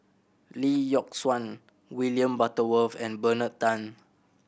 Lee Yock Suan William Butterworth and Bernard Tan